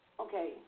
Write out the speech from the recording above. Okay